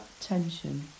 tension